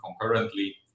concurrently